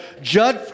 Judge